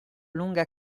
lunga